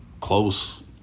close